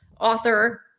author